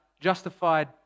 justified